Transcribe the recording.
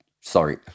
Sorry